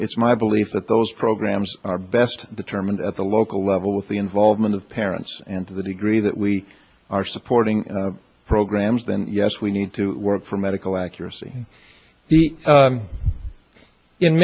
it's my belief that those programs are best determined at the local level with the involvement of parents and to the degree that we are supporting programs then yes we need to work for medical accuracy